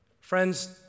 Friends